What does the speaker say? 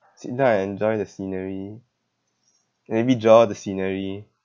sit down and enjoy the scenery maybe draw the scenery